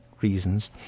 reasons